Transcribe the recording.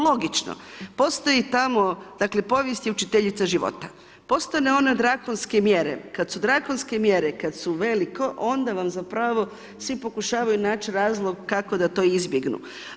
Logično, postoji tamo dakle povijest je učiteljica života, postane ona drakonske mjere kad su drakonske mjere kad su veliko onda vam zapravo svi pokušavaju naći razlog kako da to izbjegnu.